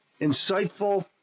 insightful